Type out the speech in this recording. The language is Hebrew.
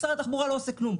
משרד התחבורה לא עושה כלום.